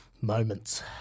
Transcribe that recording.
Moments